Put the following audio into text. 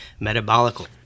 Metabolical